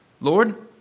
Lord